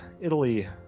Italy